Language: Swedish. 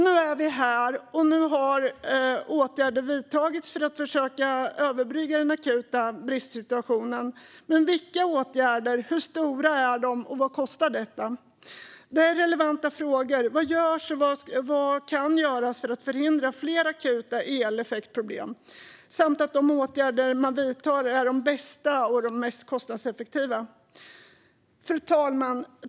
Nu är vi här, och nu har åtgärder vidtagits för att försöka överbrygga den akuta bristsituationen. Men vilka åtgärder är det, hur stora är de och vad kostar detta? Det är relevanta frågor. Vad görs, och vad kan göras för att förhindra fler akuta eleffektproblem? Vad görs för att se till att de åtgärder man vidtar är de bästa och mest kostnadseffektiva? Fru talman!